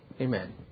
Amen